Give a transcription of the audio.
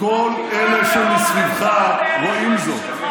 כל אלה שמסביבך רואים זאת.